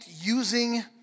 using